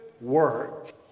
work